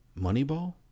Moneyball